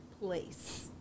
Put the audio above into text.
place